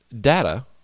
data